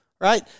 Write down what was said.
right